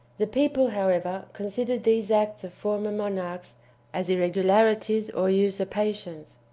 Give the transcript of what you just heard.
the people, however, considered these acts of former monarchs as irregularities or usurpations.